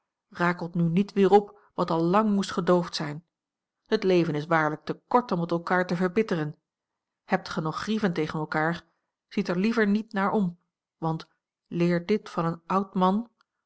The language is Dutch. rakelt nu niet weer op wat al lang moest gedoofd zijn het leven is waarlijk te kort om het elkaar te verbitteren hebt ge nog grieven tegen elkaar ziet er liever niet naar om want leer dit van een oud man